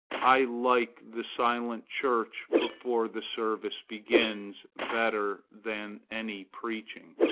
i like the silent church before the service begins, better than any preaching.